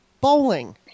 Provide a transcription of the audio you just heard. Bowling